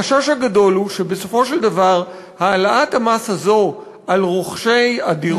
החשש הגדול הוא שבסופו של דבר העלאת המס הזאת על רוכשי הדירות,